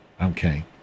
Okay